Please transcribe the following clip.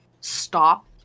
stop